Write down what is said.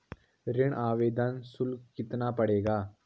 ऋण आवेदन शुल्क कितना पड़ेगा?